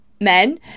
men